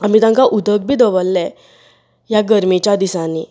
आमी तांकां उदक बी दवरलें ह्या गरमेच्या दिसांनी